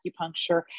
acupuncture